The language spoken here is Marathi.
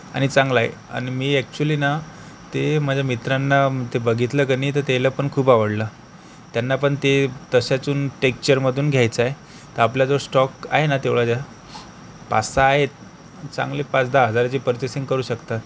आणि चांगला आहे आणि मी अॅक्च्युअली ना ते माझ्या मित्रांना ते बघितलं की नाही तर त्याला पण खूप आवडलं त्यांनापण ते तश्याचून टेक्चरमधून घ्यायचं आहे तर आपल्याजवळ स्टॉक आहे ना तेवढा द्याल पाच सहा आहेत चांगली पाच दहा हजाराची पर्चेसिंग करू शकतात